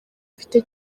afite